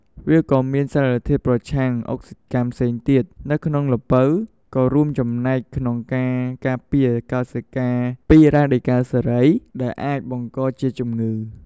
វាក៏៏មានសារធាតុប្រឆាំងអុកស៊ីតកម្មផ្សេងទៀតនៅក្នុងល្ពៅក៏រួមចំណែកក្នុងការការពារកោសិកាពីរ៉ាឌីកាល់សេរី ដែលអាចបង្កជាជំងឺ។